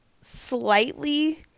slightly